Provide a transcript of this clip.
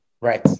right